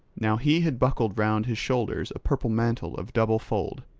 now he had buckled round his shoulders a purple mantle of double fold,